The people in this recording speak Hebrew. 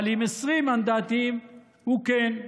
אבל עם 20 מנדטים הוא כן.